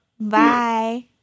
Bye